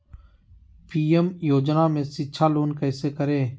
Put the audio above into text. PM योजना में शिक्षा लोन कैसे करें?